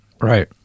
right